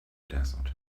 desert